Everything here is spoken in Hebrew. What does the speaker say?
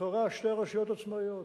לכאורה שתי הרשויות עצמאיות,